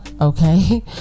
Okay